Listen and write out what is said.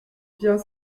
bien